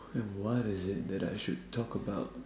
what is it that I should talk about